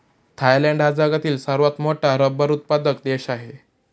Thailand हा जगातील सर्वात मोठा रबर उत्पादक देश आहे